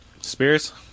Spears